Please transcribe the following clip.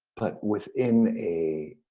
but within a